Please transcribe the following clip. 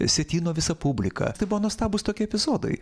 sietyno visa publika tai buvo nuostabūs tokie epizodai